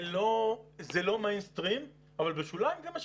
זה לא מיינסטרים אבל בשוליים זה משמעותי.